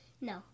No